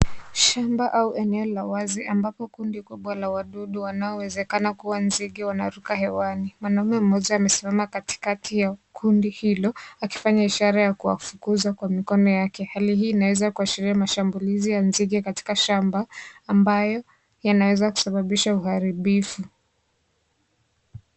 Shamba au eneo kubwa la wazi ambao wadudu wanao wezekana kuwa nzige wanaruka hewani, mwanaume moja amesimama katikati ya kundi hilo akifanya ishaya ya kuwafukuza kwa mikono yake, hali hii inaweza kuashiria mashambulizi ya nzige Katika shamba ambaye yanaweza kusababisha uharibifu.